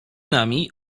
nami